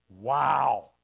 wow